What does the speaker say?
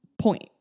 point